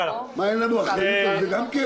אין לנו אחריות על זה גם כן?